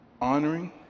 Honoring